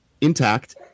intact